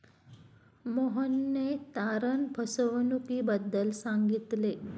मोहनने तारण फसवणुकीबद्दल सांगितले